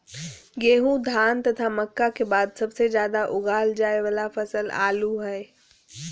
गेहूं, धान तथा मक्का के बाद सबसे ज्यादा उगाल जाय वाला फसल आलू हइ